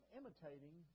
imitating